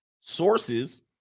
sources